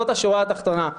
זאת השורה התחתונה.